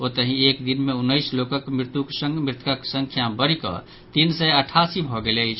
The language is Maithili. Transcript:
ओतहि एक दिन मे उनैस लोकक मृत्युक संग मृतकक संख्या बढ़िकऽ तीन सय अठासी भऽ गेल अछि